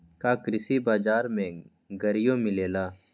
का कृषि बजार में गड़ियो मिलेला?